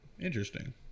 Interesting